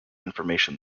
information